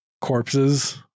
corpses